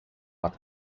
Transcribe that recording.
but